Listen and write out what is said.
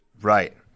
Right